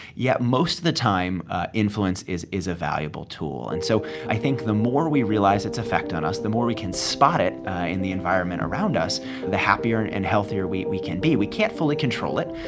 yet, most of the time influence, is is a valuable tool. and so i think the more we realize its effect on us, the more we can spot it in the environment around us the happier and and healthier we we can be. we can't fully control it.